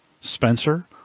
Spencer